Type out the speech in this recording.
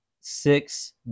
six